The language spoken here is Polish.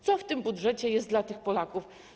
Co w tym budżecie jest dla tych Polaków?